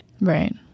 Right